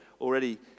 already